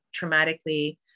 traumatically